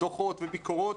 דוחות וביקורות.